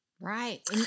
Right